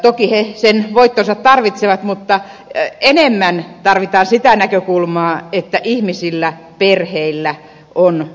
toki ne sen voittonsa tarvitsevat mutta enemmän tarvitaan sitä näkökulmaa että ihmisillä perheillä on asuntoja